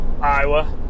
Iowa